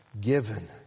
given